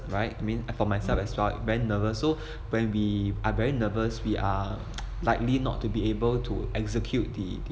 right mean for myself as well very nervous so when we are very nervous we are likely not to be able to execute the the